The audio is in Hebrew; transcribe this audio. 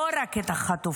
לא רק את החטופים.